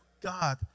God